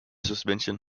suspension